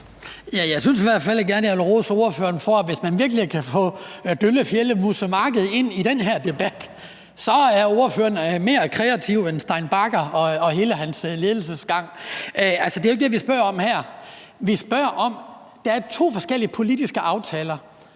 Jeg synes i hvert fald gerne, jeg vil rose ordføreren for at kunne få Døllefjelde-Musse Marked ind i den her debat; så er ordføreren mere kreativ end Stein Bagger og hele hans ledelsesgang. Altså, det er jo ikke det, vi spørger om her. Det, vi spørger om, vedrører, at der er to politiske aftaler,